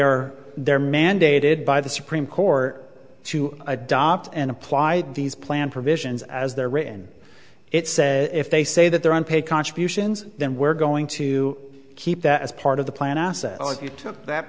are they're mandated by the supreme court to adopt and apply these plan provisions as they're written it says if they say that they're on paid contributions then we're going to keep that as part of the plan assets like you took that